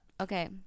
okay